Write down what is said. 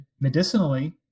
medicinally